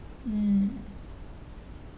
mm